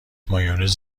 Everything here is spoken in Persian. مایونز